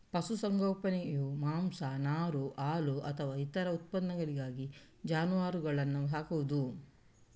ಪಶು ಸಂಗೋಪನೆಯು ಮಾಂಸ, ನಾರು, ಹಾಲು ಅಥವಾ ಇತರ ಉತ್ಪನ್ನಗಳಿಗಾಗಿ ಜಾನುವಾರುಗಳನ್ನ ಸಾಕುದು